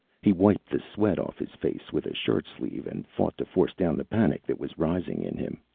he wiped the sweat off his face with a shirt sleeve and fought to force down the panic that was rising in him.